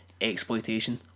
exploitation